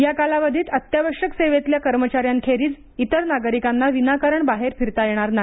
या कालावधीत अत्यावश्यक सेवेतल्या कर्मचाऱ्यांखेरीज इतर नागरिकांना विनाकारण बाहेर फिरता येणार नाही